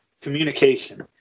communication